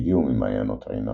שהגיעו ממעיינות עינן.